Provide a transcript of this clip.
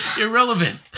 Irrelevant